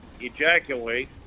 ejaculate